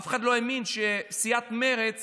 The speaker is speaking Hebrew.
אף אחד לא האמין שסיעת מרצ